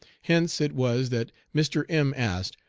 hence it was that mr. m asked,